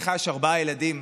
לך יש ארבעה ילדים,